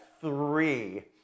three